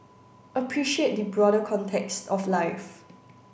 appreciate the broader context of life